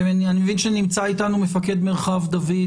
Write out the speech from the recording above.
אני מבין שנמצא איתנו מפקד מרחב דוד,